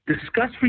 Discuss